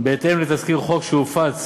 בהתאם לתזכיר חוק שהופץ